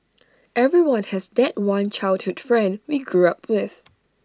everyone has that one childhood friend we grew up with